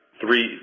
three